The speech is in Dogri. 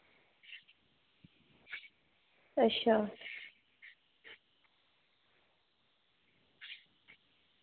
अच्छा